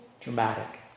Dramatic